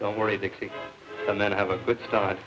don't worry dixie and then have a good start